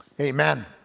Amen